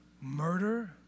murder